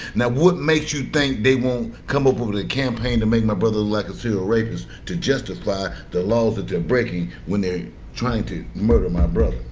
now what makes you think they won't come up with a campaign to make my brother look like a serial rapist to justify the laws that they're breaking when they're trying to murder my brother?